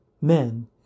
men